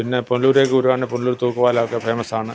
പിന്നെ പുനലൂരേക്ക് വരുവാണെങ്കിൽ പുനലൂര് തൂക്കുപാലമൊക്കെ ഫേമസ് ആണ്